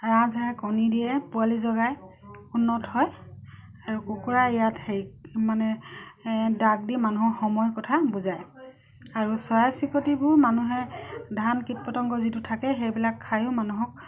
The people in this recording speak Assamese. ৰাজহাঁহে কণী দিয়ে পোৱালি জগাই উন্নত হয় আৰু কুকুৰা ইয়াত হেৰি মানে ডাক দি মানুহৰ সময় কথা বুজায় আৰু চৰাই চিৰিকটিবোৰ মানুহে ধান কীট পতংগ যিটো থাকে সেইবিলাক খায়ো মানুহক